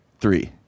three